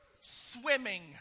swimming